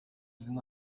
izina